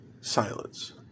silence